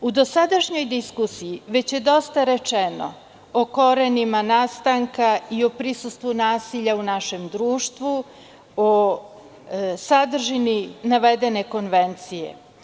U dosadašnjoj diskusiji već je dosta rečeno o korenima nastanka i o prisustvu nasilja u našem društvu, o sadržini navedene konvencije.